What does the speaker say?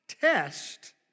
test